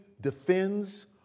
defends